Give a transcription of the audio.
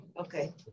okay